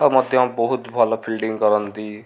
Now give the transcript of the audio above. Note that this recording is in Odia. ଆଉ ମଧ୍ୟ ବହୁତ ଭଲ ଫିଲ୍ଡିଂ କରନ୍ତି